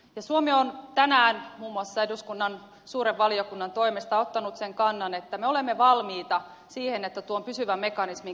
ja suomi on tänään muun muassa eduskunnan suuren valiokunnan toimesta ottanut sen kannan että me olemme valmiita siihen että tuon pysyvän mekanismin käyttöönottoa aikaistetaan